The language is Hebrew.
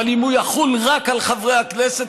אבל אם הוא יחול רק על חברי הכנסת,